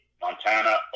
Montana